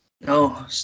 No